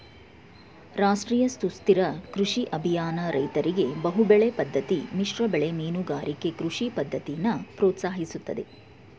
ರಾಷ್ಟ್ರೀಯ ಸುಸ್ಥಿರ ಕೃಷಿ ಅಭಿಯಾನ ರೈತರಿಗೆ ಬಹುಬೆಳೆ ಪದ್ದತಿ ಮಿಶ್ರಬೆಳೆ ಮೀನುಗಾರಿಕೆ ಕೃಷಿ ಪದ್ದತಿನ ಪ್ರೋತ್ಸಾಹಿಸ್ತದೆ